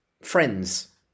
Friends